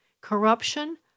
corruption